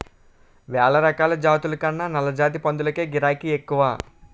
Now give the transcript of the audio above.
వేలరకాల జాతుల కన్నా నల్లజాతి పందులకే గిరాకే ఎక్కువ